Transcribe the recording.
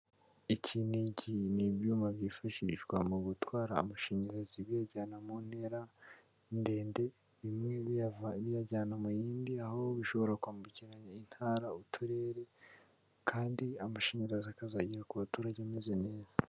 Ikingiki ni ibyuma byifashishwa mu gutwara amashanyarazi biyajyana mu ntera ndende, bimwe biyajyana mu yindi aho bishobora kwambukiranya intara, uturere kandi amashanyarazi akazagera ku baturage ameze neza.